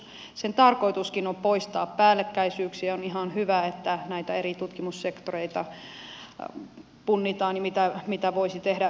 luonnonvarakeskuksen tarkoituskin on poistaa päällekkäisyyksiä ja on ihan hyvä että punnitaan näitä eri tutkimussektoreita ja sitä mitä voisi tehdä yhdessä